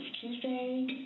tuesday